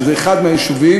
שזה אחד מהיישובים,